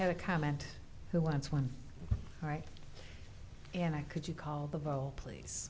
has a comment who wants one right and i could you call the vote please